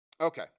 Okay